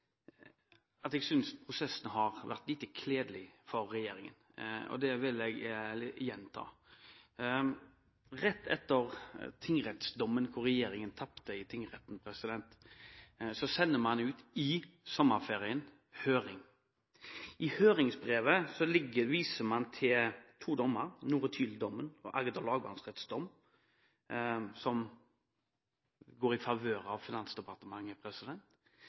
at jeg synes prosessen har vært lite kledelig for regjeringen, og det vil jeg gjenta. Rett etter tingrettsdommen hvor regjeringen tapte i tingretten, sender man, i sommerferien, forslag ut på høring. I høringsbrevet viser man til to dommer, Noretyl-dommen og Agder lagmannsretts dom, som går i favør av Finansdepartementet,